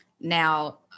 Now